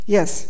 Yes